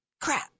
crap